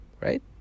right